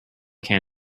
can